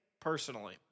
personally